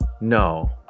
No